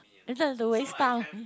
you like to waste time